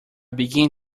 begin